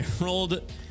rolled